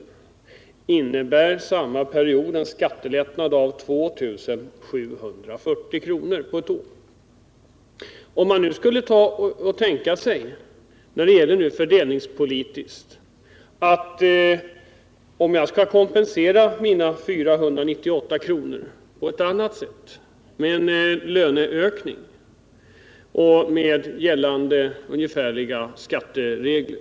i årsinkomst innebär det däremot en skattelättnad av 2 740 kr. på ett år. Vi kan tänka oss ett annat tillvägagångssätt för att få fördelningspolitisk neutralitet för att kompensera de 498 kronorna med en löneökning och med gällande ungefärliga skatteregler.